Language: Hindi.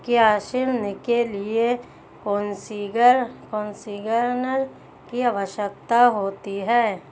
क्या ऋण के लिए कोसिग्नर की आवश्यकता होती है?